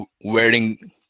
wearing